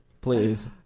Please